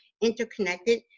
interconnected